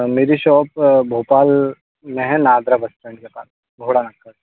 मेरी शॉप भोपाल में है नादरा बस टैंड के पास घोड़ा नाकड़